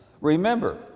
Remember